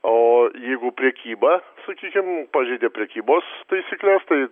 o jeigu prekyba sakykim pažeidė prekybos taisykles tai